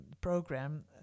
program